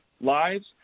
lives